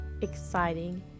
exciting